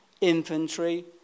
infantry